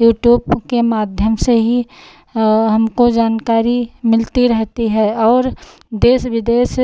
YouTube के माध्यम से ही हमको जानकारी मिलती रहती है और देश विदेश